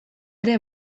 ere